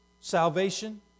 salvation